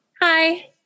Hi